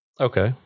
Okay